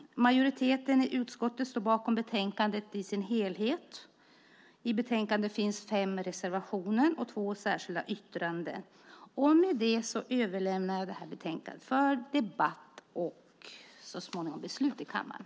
Majoriteten i utskottet står bakom betänkandet i dess helhet. I betänkandet finns fem reservationer och två särskilda yttranden. Med det överlämnar jag detta betänkande för debatt och så småningom beslut i kammaren.